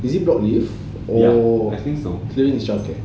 is it block leave or clear instructed